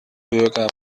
bürger